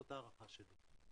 זאת ההערכה שלי.